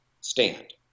stand